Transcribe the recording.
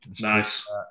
Nice